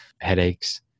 Headaches